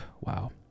Wow